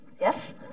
Yes